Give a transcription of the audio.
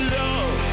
love